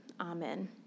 Amen